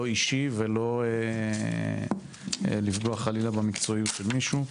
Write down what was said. לא אישי ולא לפגוע חלילה במקצועיות של מישהו.